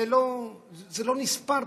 זה לא נספר בכלל.